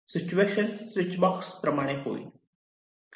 situation switch box प्रमाणे होईल